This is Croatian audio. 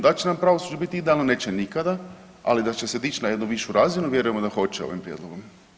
Da će nam pravosuđe biti idealno neće nikada, ali da će se dići na jednu višu razinu vjerujemo da hoće ovim prijedlogom.